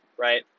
right